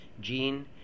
Gene